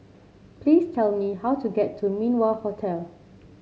please tell me how to get to Min Wah Hotel